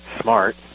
smart